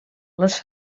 les